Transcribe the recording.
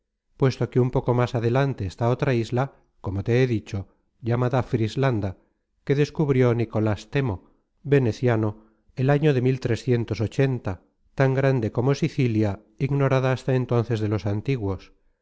puesto que un poco más adelante está otra isla como te he dicho llamada frislanda que descubrió nicolas temo veneciano el año de tan grande como sicilia ignorada hasta entonces de los antiguos